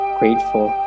grateful